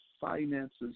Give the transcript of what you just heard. finances